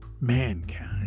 mankind